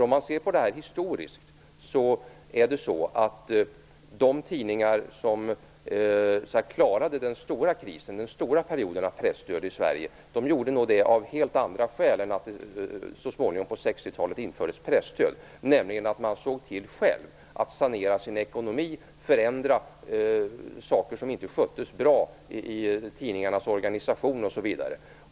Om man ser på det historiskt kan man se att de tidningar som klarade den stora krisen, den stora perioden av pressdöd i Sverige, gjorde det av helt andra skäl än att det så småningom på 60-talet infördes presstöd. De såg till själva att sanera sin ekonomi, förändra saker som inte sköttes bra i tidningarnas organisation osv.